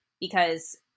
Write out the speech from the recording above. because-